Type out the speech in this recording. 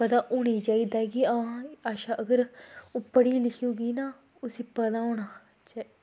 पता होना गै चाहिदा कि हां अच्छा अगर ओह् पढ़ियां लिखियां होगियां तां उ'नें गी पता होना